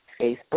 Facebook